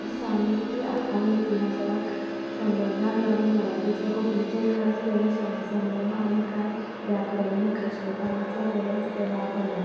सामिप्य आ आनी इतिहसाक संबदाक लागून मराठीचो कोंकणीचेर खास करून शब्द संग्रह आनी कांय व्याकरणीक खाशलपणाचो बरोच प्रभाव पडला